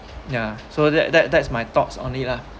ya so that that that's my thoughts only lah